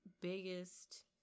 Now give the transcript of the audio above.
biggest